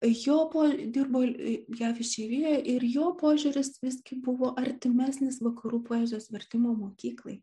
jo po dirbo jav išeivijoje ir jo požiūris visgi buvo artimesnis vakarų poezijos vertimo mokyklai